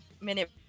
minute